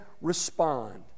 respond